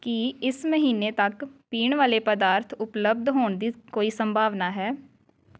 ਕੀ ਇਸ ਮਹੀਨੇ ਤੱਕ ਪੀਣ ਵਾਲੇ ਪਦਾਰਥ ਉਪਲਬਧ ਹੋਣ ਦੀ ਕੋਈ ਸੰਭਾਵਨਾ ਹੈ